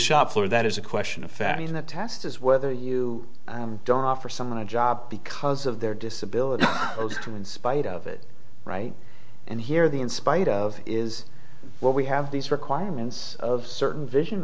shop floor that is a question of fact in the test is whether you don't offer someone a job because of their disability post or in spite of it right and here the in spite of is what we have these requirements of certain vision